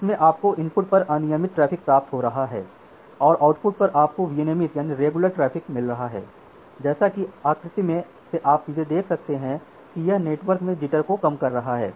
इसमें आपको इनपुट पर अनियमित ट्रैफ़िक प्राप्त हो रहा है और आउटपुट पर आपको विनियमित ट्रैफ़िक मिल रहा है जैसा कि आकृति से आप सीधे देख सकते हैं कि यह नेटवर्क में जिटर को कम कर रहा है